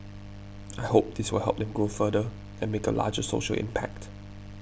I hope this will help them grow further and make a larger social impact